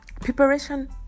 Preparation